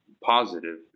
positive